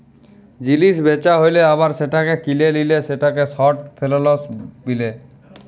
জিলিস বেচা হ্যালে আবার সেটাকে কিলে লিলে সেটাকে শর্ট ফেলালস বিলে